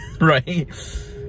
right